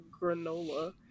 granola